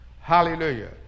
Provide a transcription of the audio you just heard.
Hallelujah